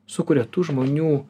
sukuria tų žmonių